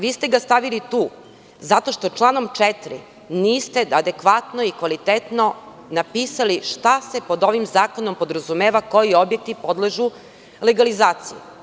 Vi ste ga stavili tu zato što članom 4. niste adekvatno i kvalitetno napisali šta se pod ovim zakonom podrazumeva i koji objekti podležu legalizaciji.